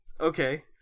Okay